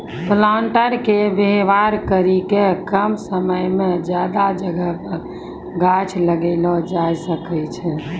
planter के वेवहार करी के कम समय मे ज्यादा जगह पर गाछ लगैलो जाय सकै छै